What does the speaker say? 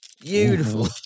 Beautiful